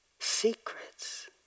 secrets